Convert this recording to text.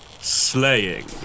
slaying